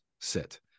sit